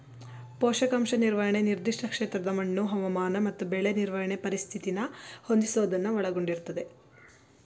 ಪೋಷಕಾಂಶ ನಿರ್ವಹಣೆ ನಿರ್ದಿಷ್ಟ ಕ್ಷೇತ್ರದ ಮಣ್ಣು ಹವಾಮಾನ ಮತ್ತು ಬೆಳೆ ನಿರ್ವಹಣೆ ಪರಿಸ್ಥಿತಿನ ಹೊಂದಿಸೋದನ್ನ ಒಳಗೊಂಡಿರ್ತದೆ